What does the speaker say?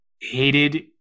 hated